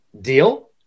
deal